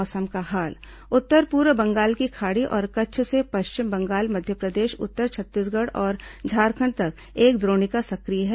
मौसम उत्तर पूर्व बंगाल की खाड़ी और कच्छ से पश्चिम बंगाल मध्यप्रदेश उत्तर छत्तीसगढ़ और झारखंड तक एक द्रोणिका सक्रिय है